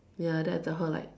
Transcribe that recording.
ya then I tell her like